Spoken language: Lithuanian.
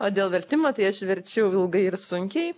o dėl vertimo tai aš verčiu ilgai ir sunkiai